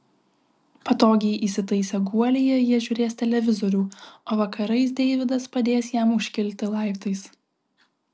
patogiai įsitaisę guolyje jie žiūrės televizorių o vakarais deividas padės jam užkilti laiptais